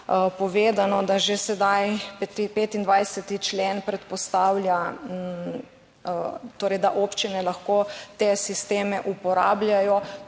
povedano, da že sedaj 25. člen predpostavlja, torej, da občine lahko te sisteme uporabljajo.